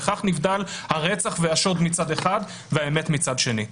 בכך נבדל הרצח והשוד מצד אחד, והאמת מצד שני.